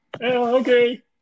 okay